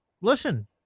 listen